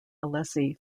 alesi